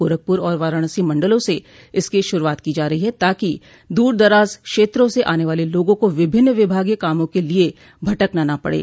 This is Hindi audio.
गोरखपुर और वाराणसी मंडलों से इसकी शुरूआत की जा रही है ताकि दूर दराज क्षेत्रों से आने वाले लोगों को विभिन्न विभागीय कामों के लिये भटकना न पड़े